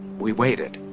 we waited.